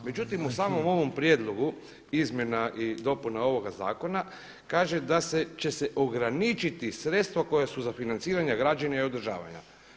Međutim, u samom ovom prijedlogu izmjena i dopuna ovoga zakona kaže da će se ograničiti sredstva koja su za financiranje građenja i održavanja.